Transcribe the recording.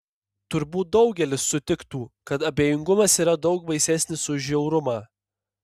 turbūt daugelis sutiktų kad abejingumas yra daug baisesnis už žiaurumą